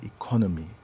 economy